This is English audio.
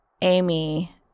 Amy